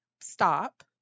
Stop